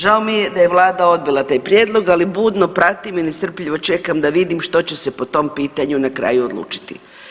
Žao mi je da je Vlada odbila taj prijedlog, ali budno pratim i nestrpljivo čekam da vidim što će se po tom pitanju na kraju odlučiti.